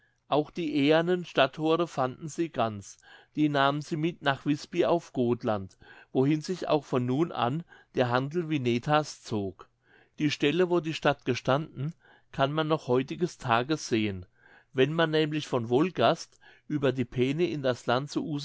auch die eheren stadtthore fanden sie ganz die nahmen sie mit nach wisbi auf gothland wohin sich auch von nun an der handel wineta's zog die stelle wo die stadt gestanden kann man noch heutiges tages sehen wenn man nämlich von wolgast über die peene in das land